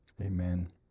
Amen